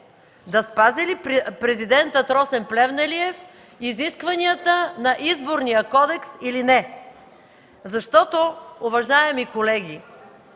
да спази ли Президентът Росен Плевнелиев изискванията на Изборния кодекс, или не. Уважаеми колеги,